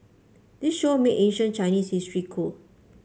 the show made ancient Chinese history cool